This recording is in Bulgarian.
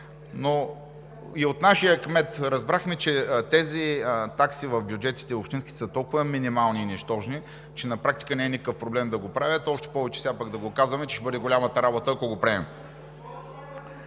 Но и от нашия кмет разбрахме, че тези такси в общинските бюджети са толкова минимални и нищожни, че на практика не е никакъв проблем да го правят, още повече сега да казваме, че ще бъде голямата работа, ако го приемем.